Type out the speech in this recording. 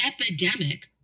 epidemic